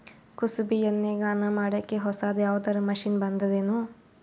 ಕುಸುಬಿ ಎಣ್ಣೆ ಗಾಣಾ ಮಾಡಕ್ಕೆ ಹೊಸಾದ ಯಾವುದರ ಮಷಿನ್ ಬಂದದೆನು?